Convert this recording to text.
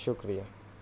شکریہ